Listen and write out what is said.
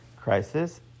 crisis